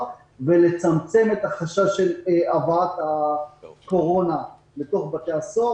ולצמצם את החשש מהבאת קורונה לבתי הסוהר.